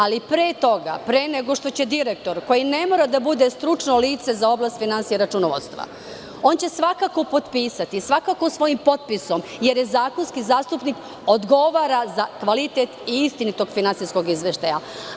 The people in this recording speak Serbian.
Ali, pre toga, pre nego što će direktor koji ne mora da bude stručno lice za oblast finansija i računovodstva, on će svakako potpisati, svakako svojim potpisom jer zakonski zastupnik odgovara za kvalitet i istinitog finansijskog izveštaja.